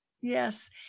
Yes